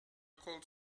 called